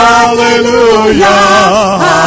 Hallelujah